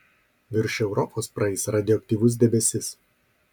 virš europos praeis radioaktyvus debesis